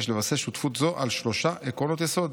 יש לבסס שותפות זו על שלושה עקרונות יסוד".